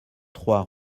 trois